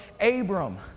Abram